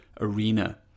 arena